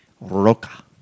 roca